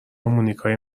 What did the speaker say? مونیکای